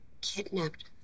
kidnapped